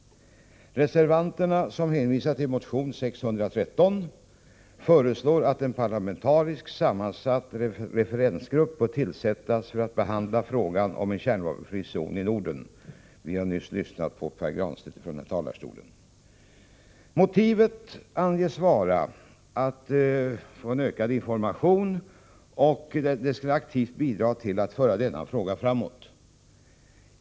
Reservanterna, som hänvisar till motion 613, föreslår att en parlamentariskt sammansatt referensgrupp skall tillsättas för att behandla frågan om en kärnvapenfri zon i Norden. Vi har nyss lyssnat på Pär Granstedt som nyligen uppehållit sig här i talarstolen. Motivet för centerreservationen anges vara att öka informationen och aktivt bidra till att föra denna fråga framåt.